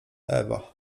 ewa